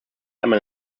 einmal